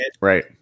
right